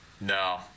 No